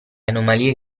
anomalie